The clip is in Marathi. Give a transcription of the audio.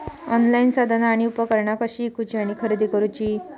ऑनलाईन साधना आणि उपकरणा कशी ईकूची आणि खरेदी करुची?